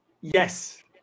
Yes